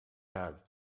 had